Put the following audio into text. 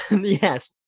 yes